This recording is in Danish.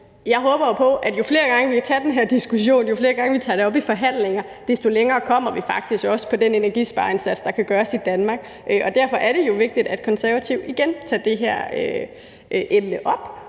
jo håber på, at jo flere gange vi tager den her diskussion, og jo flere gange vi tager det op i forhandlinger, desto længere kommer vi faktisk også i forhold til den energispareindsats, der kan gøres i Danmark. Og derfor er det jo vigtigt, at Konservative igen tager det her emne op,